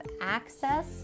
access